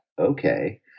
Okay